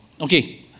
Okay